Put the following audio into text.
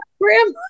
grandma